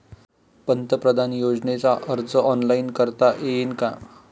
पंतप्रधान योजनेचा अर्ज ऑनलाईन करता येईन का?